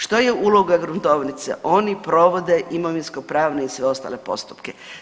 Što je uloga gruntovnice, oni provode imovinsko pravne i sve ostale postupke.